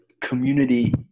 community